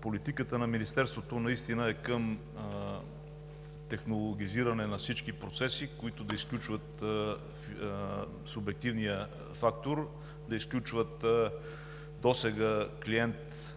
политиката на Министерството наистина е към технологизиране на всички процеси, които да изключват субективния фактор, да изключват досега клиент